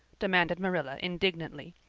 demanded marilla indignantly.